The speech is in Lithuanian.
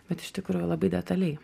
bet iš tikrųjų labai detaliai